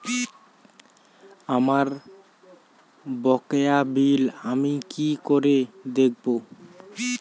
আমার বকেয়া বিল আমি কি করে দেখব?